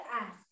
ask